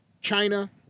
China